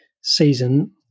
season